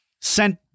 Sent